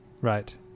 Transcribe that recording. right